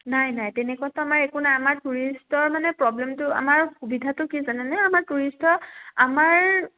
নাই নাই তেনেকুৱাতো আমাৰ একো নাই আমাৰ টুৰিষ্টৰ মানে প্ৰব্লেমটো আমাৰ সুবিধাটো কি জানেনে আমাৰ টুৰিষ্টৰ আমাৰ